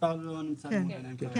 המספר לא נמצא לפניי כרגע.